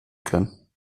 kann